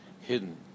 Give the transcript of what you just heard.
hidden